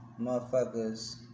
motherfuckers